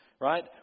right